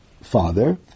father